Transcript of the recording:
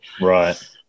Right